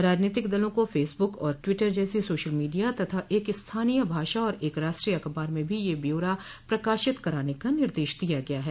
राजनीतिक दलों को फेसबुक और ट्विटर जैसी सोशल मीडिया तथा एक स्थानीय भाषा और एक राष्ट्रीय अखबार में भी यह ब्यौरा प्रकाशित कराने का निर्देश दिया गया है